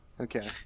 Okay